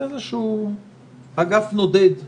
זה אגף נודד לצערי.